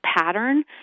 pattern